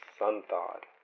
sun-thawed